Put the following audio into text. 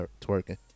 twerking